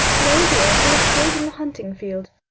no, dear, he was killed in the hunting field.